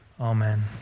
amen